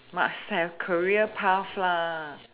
must have career path lah